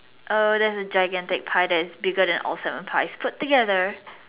oh there's a gigantic pie bigger than all seven pies put together